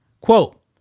Quote